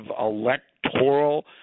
electoral